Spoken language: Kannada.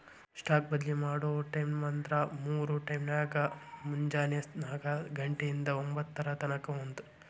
ಸ್ಟಾಕ್ ಬದ್ಲಿ ಮಾಡೊ ಟೈಮ್ವ್ಂದ್ರ ಮೂರ್ ಟೈಮ್ನ್ಯಾಗ, ಮುಂಜೆನೆ ನಾಕ ಘಂಟೆ ಇಂದಾ ಒಂಭತ್ತರ ತನಕಾ ಒಂದ್